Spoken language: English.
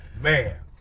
Man